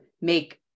make